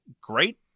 great